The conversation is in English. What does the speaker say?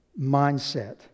mindset